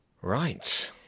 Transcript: Right